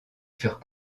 furent